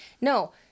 No